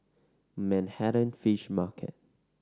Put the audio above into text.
Manhattan Fish Market